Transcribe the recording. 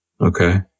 Okay